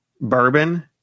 bourbon